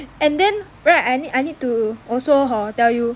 and then right I need I need to also hor tell you